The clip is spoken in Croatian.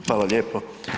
Hvala lijepo.